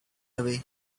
away